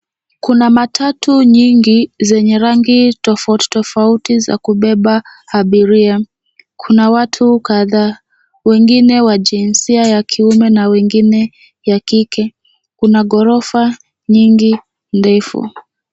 Kuna matatu nyingi zenye rangi tofauti tofauti za kubeba abiria kuna watu kadhaa wengine wa jinsia ya kiume na wengine ya kike kuna gorofa nyingi ndefu.